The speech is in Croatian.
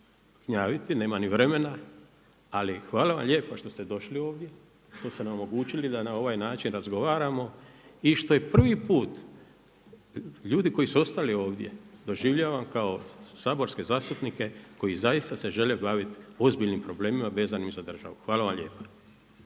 gnjaviti, nema ni vremena. Ali hvala vam lijepa što ste došli ovdje, što ste nam omogućili da na ovaj način razgovaramo i što i prvi put ljudi koji su ostali ovdje doživljavam kao saborske zastupnike koji zaista se žele baviti ozbiljnim problemima vezanim za državu. Hvala vam lijepa.